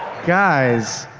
guys,